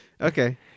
Okay